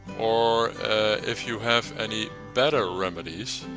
or if you have any better remedies.